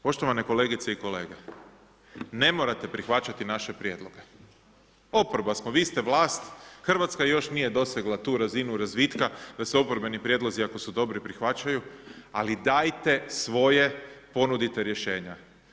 Poštovane kolegice i kolege, ne morate prihvaćati naše prijedloge, oporba smo, vi ste vlast, Hrvatska još nije dosegla tu razinu razvitka da se oporbeni prijedlozi ako su dobri prihvaćaju, ali dajte svoje, ponudite rješenja.